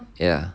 ya